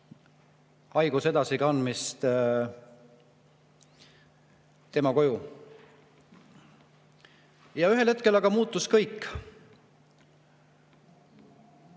haiguse edasikandmist tema koju. Ühel hetkel aga muutus kõik.